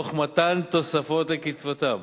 תוך מתן תוספות לקצבתם.